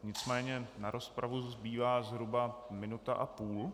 Nicméně na rozpravu zbývá zhruba minuta a půl.